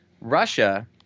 Russia